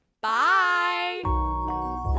Bye